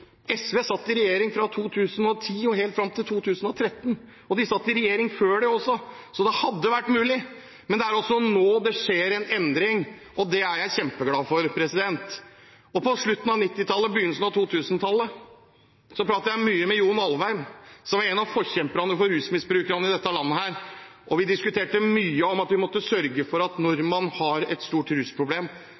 SV satt i regjering fra 2010 til 2013, og de satt i regjering før det også, så det hadde vært mulig. Men det er altså nå det skjer en endring, og det er jeg kjempeglad for. På slutten av 1990-tallet og begynnelsen av 2000-tallet pratet jeg mye med John Alvheim, som var en av forkjemperne for rusmisbrukerne i dette landet. Vi diskuterte mye om at vi måtte sørge for at når man har et stort rusproblem,